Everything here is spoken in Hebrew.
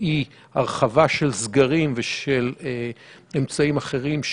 היא הרחבה של סגרים ושל אמצעים אחרים,